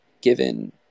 given